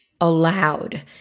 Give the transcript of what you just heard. aloud